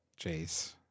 Jace